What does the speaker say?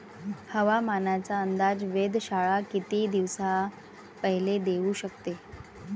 हवामानाचा अंदाज वेधशाळा किती दिवसा पयले देऊ शकते?